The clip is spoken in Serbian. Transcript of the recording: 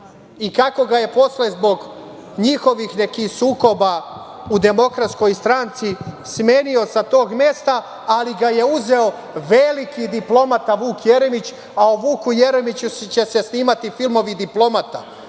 i kako ga je posle zbog njihovih nekih sukoba u Demokratskoj stranci smenio sa tog mesta, ali ga je uzeo veliki diplomata Vuk Jeremić, a o Vuku Jeremiću će se snimati filmovi „Diplomata“,